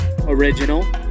original